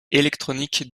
électroniques